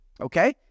okay